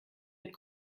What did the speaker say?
mit